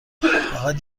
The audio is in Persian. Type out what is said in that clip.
فقط